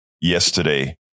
yesterday